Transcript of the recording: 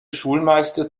schulmeister